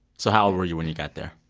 so how old were you when you got there?